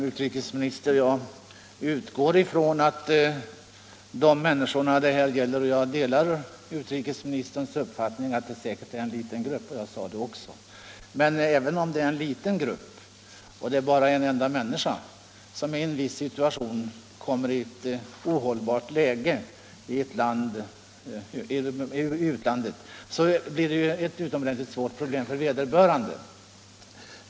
Fru talman! Jag delar herr utrikesministerns uppfattning att det säkert rör sig om en liten grupp — jag sade det också — men även om det bara är en enda människa som i en viss situation kommer i ett ohållbart — Nr 17 läge utomlands, blir det ju ett utomordentligt svårt problem för vederbörande.